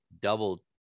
double